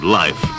life